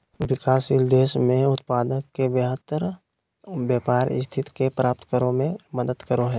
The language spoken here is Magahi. विकासशील देश में उत्पाद के बेहतर व्यापार स्थिति के प्राप्त करो में मदद करो हइ